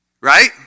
Right